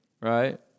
right